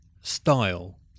style